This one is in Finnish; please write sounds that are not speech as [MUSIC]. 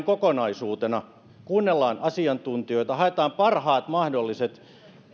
[UNINTELLIGIBLE] kokonaisuutena kuunnellaan asiantuntijoita haetaan parhaat mahdolliset